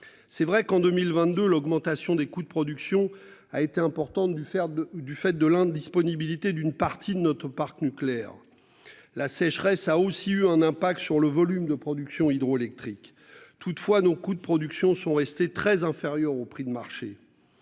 C'est vrai qu'en 2022 l'augmentation des coûts de production a été importante du faire de, du fait de l'indisponibilité d'une partie de notre parc nucléaire. La sécheresse a aussi eu un impact sur le volume de production hydroélectrique toutefois nos coûts de production sont restés très inférieur au prix de marché.